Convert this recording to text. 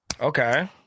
Okay